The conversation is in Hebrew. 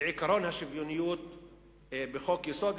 בעקרון השוויונית ובחוק-יסוד.